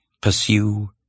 Pursue